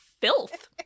filth